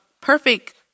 perfect